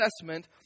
assessment